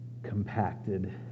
Compacted